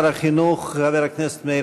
תודה לסגן שר החינוך חבר הכנסת מאיר